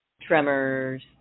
tremors